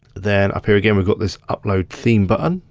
then up here again, we've got this upload theme button.